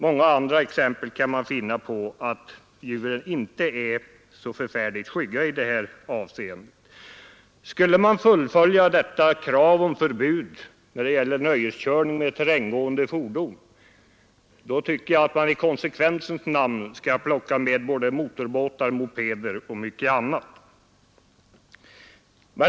Många andra exempel kan man finna på att djuren inte är så särskilt skygga i det här avseendet. Skulle man fullfölja detta krav på förbud mot nöjeskörning med terränggående fordon, tycker jag att man i konsekvensens namn skall plocka med både motorbåtar och mopeder och mycket annat.